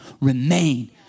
remain